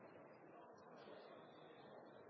representant: